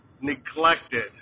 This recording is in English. neglected